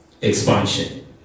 Expansion